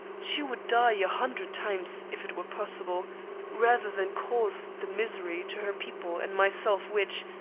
she would die a hundred times if it were possible rather than cause the misery to her people and myself which,